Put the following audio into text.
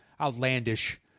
outlandish